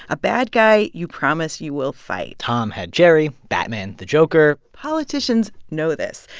a bad guy you promise you will fight tom had jerry, batman the joker politicians know this.